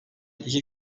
iki